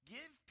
Give